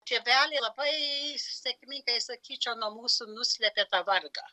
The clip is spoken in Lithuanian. tėveliai labai sėkmingai sakyčiau nuo mūsų nuslėpė tą vargą